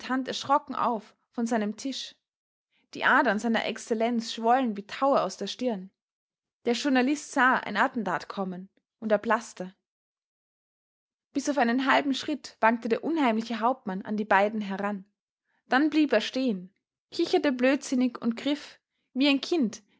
erschrocken auf von seinem tisch die adern seiner excellenz schwollen wie taue aus der stirne der journalist sah ein attentat kommen und erblaßte bis auf einen halben schritt wankte der unheimliche hauptmann an die beiden heran dann blieb er stehen kicherte blödsinnig und griff wie ein kind